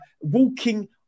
walking